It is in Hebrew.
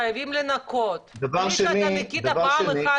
חייבים לנקות --- שאתה ניקית פעם אחת